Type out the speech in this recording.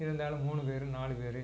இருந்தாலும் மூணு பேர் நாலு பேர்